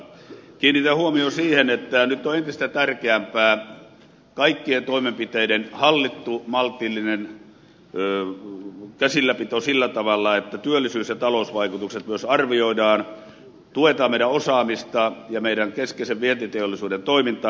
kiinnitän huomion siihen että nyt on entistä tärkeämpää kaikkien toimenpiteiden hallittu maltillinen käsilläpito sillä tavalla että työllisyys ja talousvaikutukset myös arvioidaan tuetaan osaamista ja meillä keskeisen vientiteollisuuden toimintaa